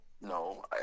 no